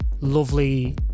lovely